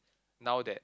now that